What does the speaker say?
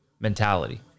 mentality